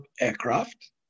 aircraft